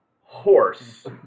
horse